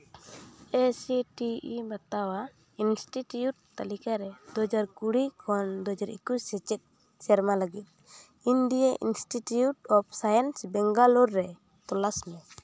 A C T I ᱵᱟᱛᱟᱣᱟᱜ institute ᱛᱟᱹᱞᱤᱠᱟ ᱨᱮ ᱫᱩ ᱦᱟᱡᱟᱨ ᱠᱩᱲᱤ ᱠᱷᱚᱱ ᱫᱩ ᱦᱟᱡᱟᱨ ᱮᱠᱩᱥ ᱥᱮᱪᱮᱫ ᱥᱮᱨᱢᱟ ᱞᱟᱹᱜᱤᱫ India institute of science Bangalore ᱨᱮ ᱛᱚᱞᱟᱥ ᱢᱮ